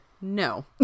no